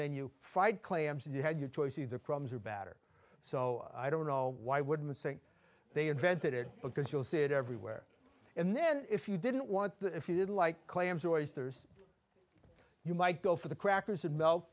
menu fight claims and you had your choice either problems or batter so i don't know why i wouldn't say they invented it because you'll see it everywhere and then if you didn't want that if you didn't like claims oysters you might go for the crackers and bel